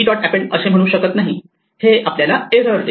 happened असे म्हणू शकत नाही हे आपल्याला एरर देईल